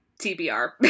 TBR